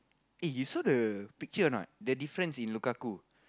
eh you saw the picture or not the difference in Lukaku